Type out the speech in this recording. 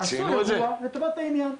עשו אירוע לטובת העניין?